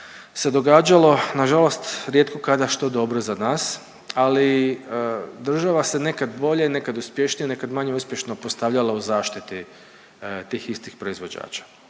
se događalo, na žalost rijetko kada što dobro za nas. Ali država se nekad bolje, nekad manje uspješno postavljalo u zaštiti tih istih proizvođača.